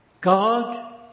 God